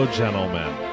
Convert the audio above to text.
gentlemen